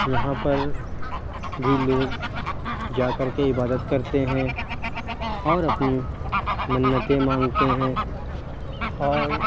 یہاں پر بھی لوگ جا کر کے عبادت کرتے ہیں اور اپنی منتیں مانگتے ہیں اور